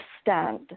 stand